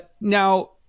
Now